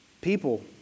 People